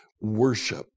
worship